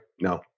no